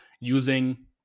using